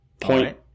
Point